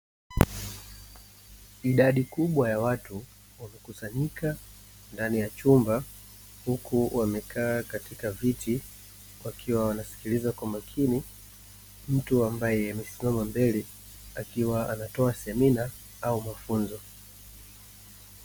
Idadi kubwa ya watu wamekusanyika ndani ya chumba huku wamekaa katika viti wakiwa wanasikiliza kwa makini mtu ambaye amesimama mbele akiwa anatoa semina au mafunzo.